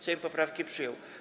Sejm poprawki przyjął.